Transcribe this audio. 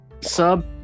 sub